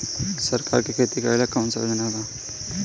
सरकार के खेती करेला कौन कौनसा योजना बा?